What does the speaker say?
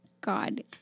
God